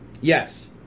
Yes